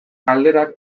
galderak